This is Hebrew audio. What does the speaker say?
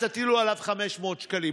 ותטילו עליו 500 שקלים?